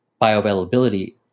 bioavailability